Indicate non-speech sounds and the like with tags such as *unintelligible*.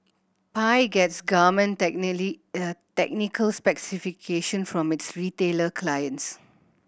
Pi gets garment *unintelligible* technical specifications from its retailer clients